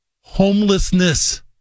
Homelessness